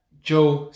Joe